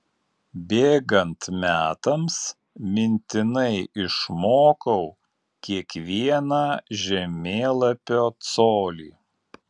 bėgant metams mintinai išmokau kiekvieną žemėlapio colį